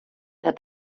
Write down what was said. der